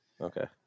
Okay